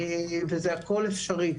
וזה הכל אפשרי.